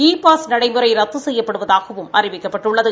இ pass நடைமுறை ரத்து செய்யப்படுவதாகவும் அறிவிக்கப்பட்டுள்ளது